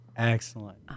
Excellent